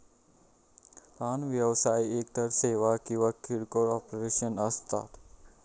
लहान व्यवसाय एकतर सेवा किंवा किरकोळ ऑपरेशन्स असता